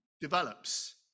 develops